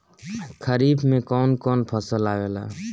खरीफ में कौन कौन फसल आवेला?